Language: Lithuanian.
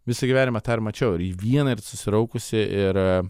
visą gyvenimą tą ir mačiau ir jį vieną ir susiraukusį ir